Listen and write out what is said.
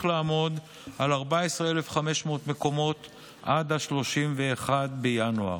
לעמוד על 14,500 מקומות עד 31 בינואר.